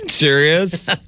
serious